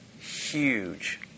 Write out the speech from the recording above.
huge